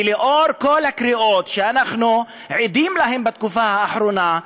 ולאור כל הקריאות שאנחנו עדים להן בתקופה האחרונה,